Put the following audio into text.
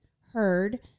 heard